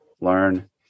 learn